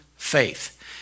faith